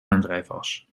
aandrijfas